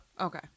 okay